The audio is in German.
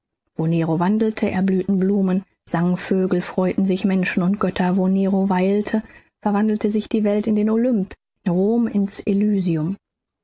wo nero wandelte erblühten blumen sangen vögel freuten sich menschen und götter wo nero weilte verwandelte sich die welt in den olymp rom ins elysium